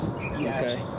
okay